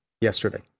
yesterday